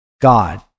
God